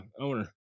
owner